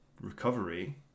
recovery